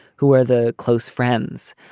who are the close friends?